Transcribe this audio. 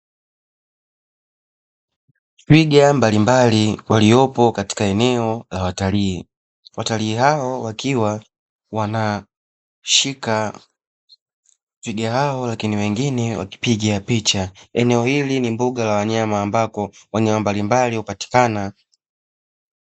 Twiga mbalimbali waliopo katika eneo la watalii, watalii hao wakiwa wanashika twiga hao lakini wengine wakipiga picha, eneo hili ni mbuga ya wanyama ambako wanyama mbalimbali hupatikana.